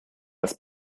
das